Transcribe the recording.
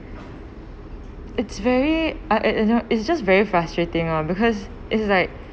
it's very ah eh eh it's just very frustrating lah because it is like